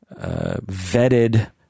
vetted